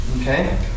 okay